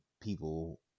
people